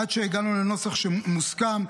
עד שהגענו לנוסח המוסכם,